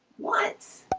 what